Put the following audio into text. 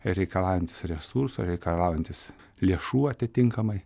reikalaujantys resursų reikalaujantys lėšų atitinkamai